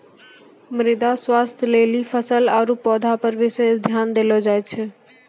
मृदा स्वास्थ्य लेली फसल आरु पौधा पर विशेष ध्यान देलो जाय छै